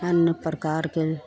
अन्य प्रकार के